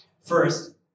First